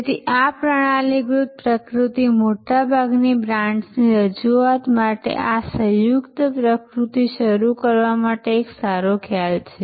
તેથી આ પ્રણાલીગત પ્રકૃતિ મોટાભાગની બ્રાન્ડ્સની રજૂઆત માટે આ સંયુક્ત પ્રકૃતિ શરૂ કરવા માટે એક સારો ખ્યાલ છે